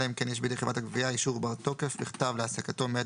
אלא אם כן יש בידי חברת הגבייה אישור בר-תוקף בכתב להעסקתו מאת